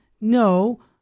No